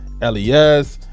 les